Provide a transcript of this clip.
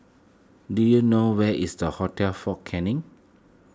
do you know where is the Hotel fort Canning